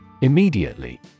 Immediately